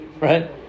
Right